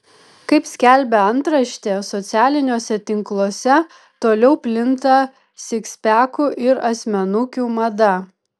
kaip skelbia antraštė socialiniuose tinkluose toliau plinta sikspekų ir asmenukių mada